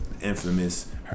infamous